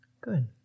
Good